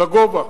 לגובה.